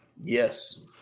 Yes